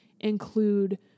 include